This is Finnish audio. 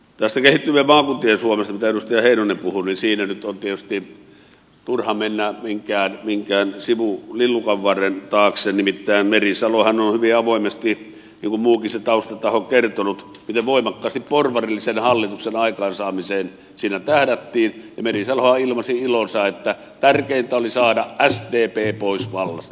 tässä kehittyvien maakuntien suomessa mistä edustaja heinonen puhui nyt on tietysti turha mennä minkään lillukanvarren taakse nimittäin merisalohan on hyvin avoimesti niin kuin se muukin taustataho kertonut miten voimakkaasti porvarillisen hallituksen aikaansaamiseen siinä tähdättiin ja merisalohan ilmaisi ilonsa että tärkeintä oli saada sdp pois vallasta